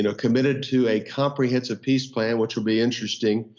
you know committed to a comprehensive peace plan which will be interesting.